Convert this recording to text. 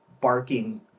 barking